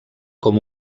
com